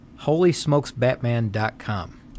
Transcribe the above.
HolySmokesBatman.com